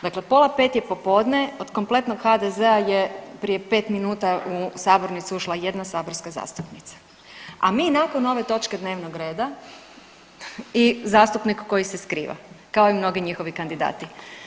Dakle, pola 5 je popodne, od kompletnog HDZ-a je prije 5 minuta u sabornicu ušla jedna saborska zastupnica, a mi nakon ove točke dnevnog reda i zastupnik koji se skriva kao i mnogi njihovi kandidati.